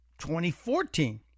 2014